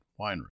Winery